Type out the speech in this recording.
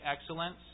excellence